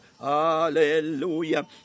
Hallelujah